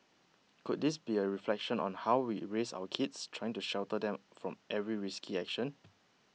could this be a reflection on how we raise our kids trying to shelter them from every risky action